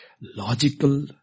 logical